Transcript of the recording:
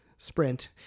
sprint